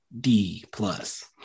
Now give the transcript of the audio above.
D-plus